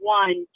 one